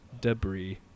debris